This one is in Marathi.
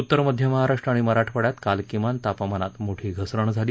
उत्तर मध्य महाराष्ट्र आणि मराठवाड्यात काल किमान तापमानात मोठी घसरण झाली